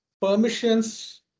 permissions